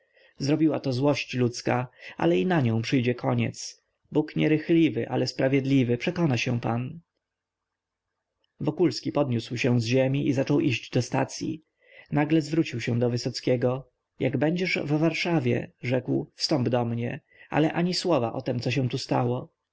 zrobiła to złość ludzka ale i na nią przyjdzie koniec bóg nierychliwy ale sprawiedliwy przekona się pan wokulski podniósł się z ziemi i zaczął iść do stacyi nagle zwrócił się do wysockiego jak będziesz w warszawie rzekł wstąp do mnie ale ani słowa o tem co się tu stało